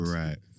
right